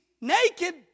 naked